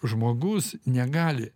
žmogus negali